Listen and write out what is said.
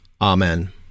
Amen